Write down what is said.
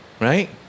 Right